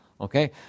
Okay